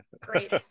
great